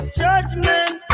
judgment